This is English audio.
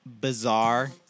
bizarre